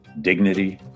dignity